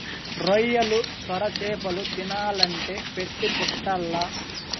రొయ్యలు, సొరచేపలు తినాలంటే పెట్టి పుట్టాల్ల